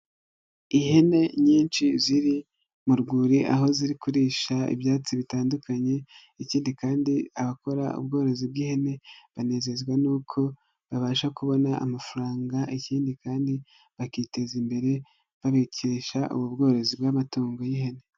Ihene nyinshi ziri mu rwuri, aho ziri kurisha ibyatsi bitandukanye, ikindi kandi abakora ubworozi bw'ihene, banezezwa n'uko babasha kubona amafaranga, ikindi kandi bakiteza imbere babikesha ubu bworozi bw'amatungo y'ihene.